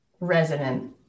resonant